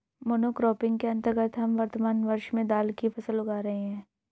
monocropping के अंतर्गत हम वर्तमान वर्ष में दाल की फसल उगा रहे हैं